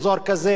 אזור כזה,